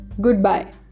Goodbye